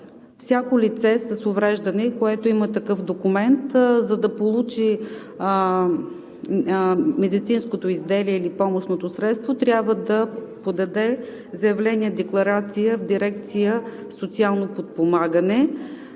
всяко лице с увреждане, което има такъв документ, за да получи медицинското изделие или помощното средство, трябва да подаде заявление-декларация в Дирекция „Социално подпомагане“,